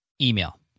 Email